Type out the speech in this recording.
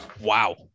Wow